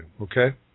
okay